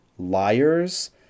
Liars